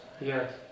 Yes